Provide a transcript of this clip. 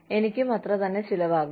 എനിക്കും അത്രതന്നെ ചിലവാകും